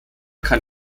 kann